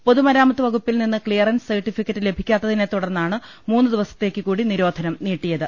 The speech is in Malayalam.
പൊതുമരാമത്ത് വകുപ്പിൽ നിന്ന് ക്സിയറൻസ് സർട്ടിഫിക്കറ്റ് ലഭി ക്കാത്തതിനെ തുടർന്നാണ് മൂന്ന് ദിവസത്തേക്കു കൂടി നിരോധനം നീട്ടിയത്